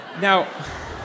Now